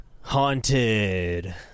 Haunted